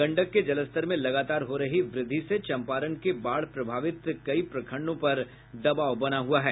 गंडक के जलस्तर में लगातार हो रही वृद्धि से चंपारण के बाढ़ प्रभावित कई प्रखंडों पर दबाव बना हुआ है